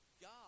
God